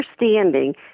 understanding